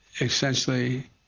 essentially